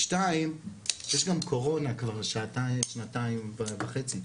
שניים, יש גם קורונה כבר שנתיים וחצי פה.